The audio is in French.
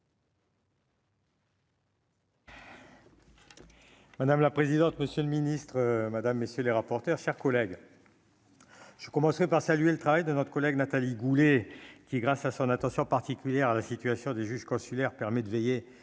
Madame la présidente, monsieur le Ministre, madame, messieurs les rapporteurs, chers collègues, je commencerai par saluer le travail de notre collègue Nathalie Goulet qui grâce à son attention particulière à la situation des juges consulaires permet de veiller à la sécurité juridique